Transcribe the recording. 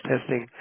testing